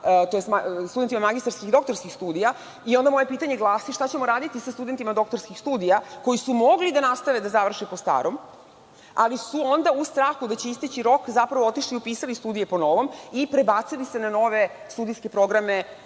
tj. studentima magistarskih i doktorskih studija i onda moje pitanje glasi – šta ćemo uraditi sa studentima doktorskih studija koji su mogli da nastave da završe po starom, ali su onda u strahu da će isteći rok zapravo otišli i upisali studije po novom i prebacili se na nove studijske programe